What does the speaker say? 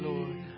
Lord